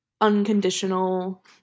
unconditional